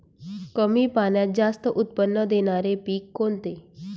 कमी पाण्यात जास्त उत्त्पन्न देणारे पीक कोणते?